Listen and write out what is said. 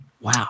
Wow